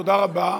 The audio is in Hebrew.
תודה רבה.